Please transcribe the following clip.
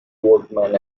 workman